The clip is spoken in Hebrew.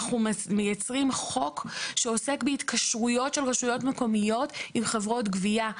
אנחנו מייצרים חוק שעוסק בהתקשרויות של רשויות מקומיות עם חברות גבייה.